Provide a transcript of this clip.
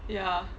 ya